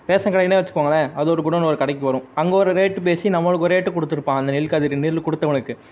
ration கடைனே வெச்சுக்கோங்களேன் அது ஒரு குடோன்னு ஒரு கடைக்கு வரும் அங்கே ஒரு ரேட்டு பேசி நம்மளுக்கு ஒரு ரேட்டு கொடுத்துருப்பான் அந்த நெல்கதிர் நெல் கொடுத்தவனுக்கு